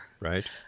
Right